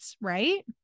right